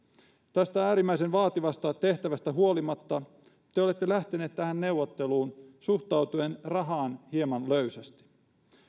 tästä äärimmäisen vaativasta tehtävästä huolimatta te olette lähteneet tähän neuvotteluun suhtautuen rahaan hieman löysästi